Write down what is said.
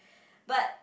but